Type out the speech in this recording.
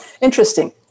interesting